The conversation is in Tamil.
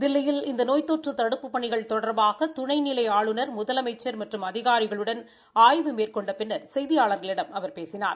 தில்லியில் இந்த நோய் தொற்று தடுப்புப் பணிகள் தொடா்பாக துணைநிலை ஆளுநா் முதலமைச்சா் மற்றும் அதிகாரிகளுடன் ஆய்வு மேற்கொண்ட பின்னர் செய்தியாளர்களிடம் அவர் பேசினார்